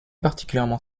particulièrement